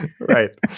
Right